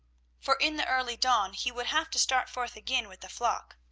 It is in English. for in the early dawn he would have to start forth again with the flock.